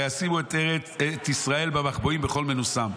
וישימו את ישראל במחבואים בכל מנוסם".